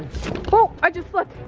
ooh, i just slipped.